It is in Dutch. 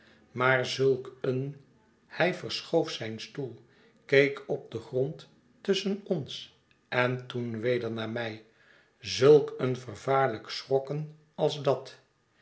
maar zulk een hij verschoof zijn stoel keek op dengrondtusschen ons en toen weder naar mij zulk een vervaarlijk schrokken als datf